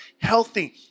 healthy